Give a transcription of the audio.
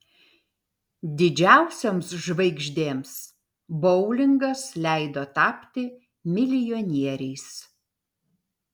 didžiausioms žvaigždėms boulingas leido tapti milijonieriais